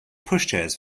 pushchairs